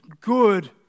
good